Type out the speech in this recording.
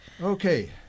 Okay